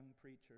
preachers